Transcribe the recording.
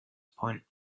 point